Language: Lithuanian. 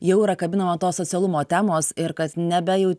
jau yra kabinama tos socialumo temos ir kad nebe jau